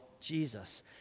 Jesus